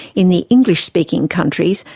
in the english-speaking countries,